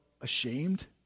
ashamed